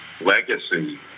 legacy